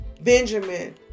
Benjamin